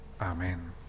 Amen